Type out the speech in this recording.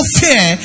fear